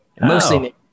mostly